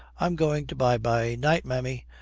i'm going to by-by. night, mammy.